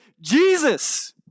Jesus